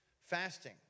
Fasting